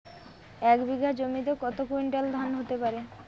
এক বিঘা জমিতে কত কুইন্টাল ধান হতে পারে?